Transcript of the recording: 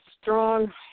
strong